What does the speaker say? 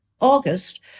August